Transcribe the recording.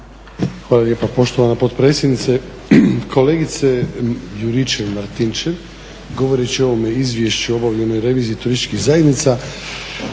Hvala lijepa poštovana potpredsjednice. Kolegice JUričev-Martinčev, govoreći o ovom Izvješću o obavljenoj reviziji turističkih zajednica